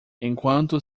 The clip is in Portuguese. enquanto